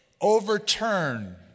overturn